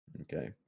Okay